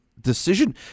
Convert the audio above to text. decision